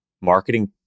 marketing